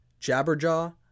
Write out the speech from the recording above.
Jabberjaw